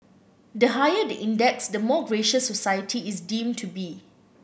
the higher the index the more gracious society is deemed to be